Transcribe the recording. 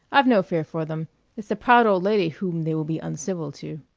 i've no fear for them it's the proud old lady whom they will be uncivil to.